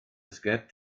sgert